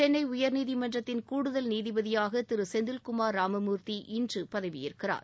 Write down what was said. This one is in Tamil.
சென்னை உயர்நீதிமன்றத்தின் நீதிபதிபாக கூடுதல் திரு செந்தில்குமார் ராமமூர்த்தி இன்று பதவியேற்கிறார்